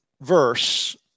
verse